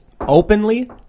openly